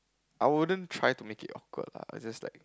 I wouldn't try to make it awkward lah it's just like